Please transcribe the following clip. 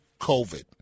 COVID